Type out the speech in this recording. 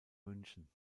münchen